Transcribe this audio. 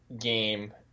game